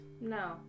No